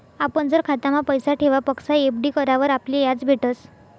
आपण जर खातामा पैसा ठेवापक्सा एफ.डी करावर आपले याज भेटस